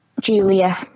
Julia